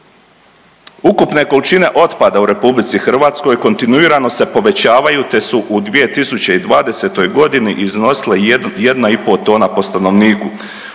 Ukupne količine otpada u Republici Hrvatskoj kontinuirano se povećavaju te su u 2020. godini iznosile jedna i pol tona po stanovniku.